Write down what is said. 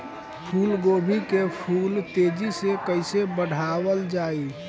फूल गोभी के फूल तेजी से कइसे बढ़ावल जाई?